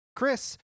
Chris